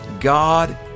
God